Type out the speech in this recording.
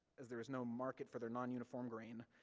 as there is no market for their non-uniform grain,